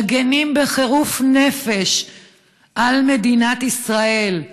מגינים בחירוף נפש על מדינת ישראל.